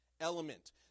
element